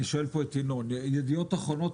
אני שואל את ינון: ידיעות אחרונות,